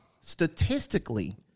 statistically